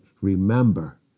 Remember